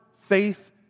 faith